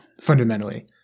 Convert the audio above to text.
Fundamentally